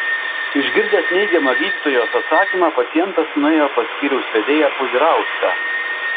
išgirdęs neigiamą gydytojos atsakymą pacientas nuėjo pas skyriaus vedėją puzirauską